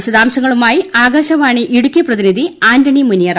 വിശദാംശങ്ങളുമായി ആകാശവാണി ഇടുക്കി പ്രതിനിധി ആന്റണി മുനിയറ